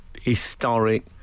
historic